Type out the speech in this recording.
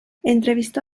entrevistó